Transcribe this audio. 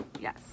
yes